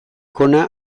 hona